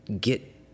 get